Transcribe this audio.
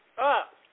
up